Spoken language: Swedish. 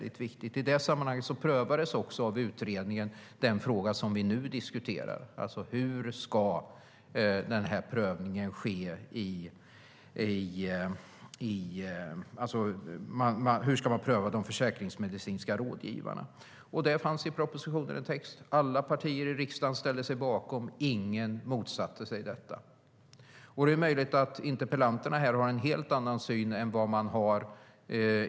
I det sammanhanget prövades också av utredningen den fråga som vi nu diskuterar, alltså: Hur ska man pröva de försäkringsmedicinska rådgivarna? Det fanns en text om det i propositionen som alla partier i riksdagen ställde sig bakom. Ingen motsatte sig detta. Det är möjligt att interpellanterna här har en helt annan syn än vad partierna har.